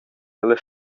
dalla